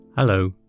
Hello